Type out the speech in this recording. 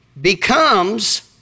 becomes